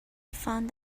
found